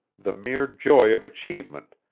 the mere joy of achievement,